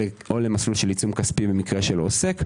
למסלול של עיצום כספי במקרה של עוסק.